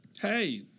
hey